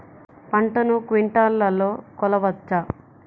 పంటను క్వింటాల్లలో కొలవచ్చా?